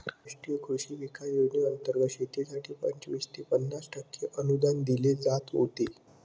राष्ट्रीय कृषी विकास योजनेंतर्गत शेतीसाठी पंचवीस ते पन्नास टक्के अनुदान दिले जात होते